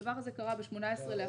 הדבר הזה קרה ב-18 באפריל.